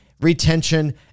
retention